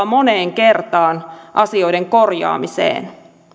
moneen kertaan asioiden korjaamiseen